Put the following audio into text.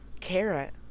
Carrot